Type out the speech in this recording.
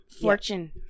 fortune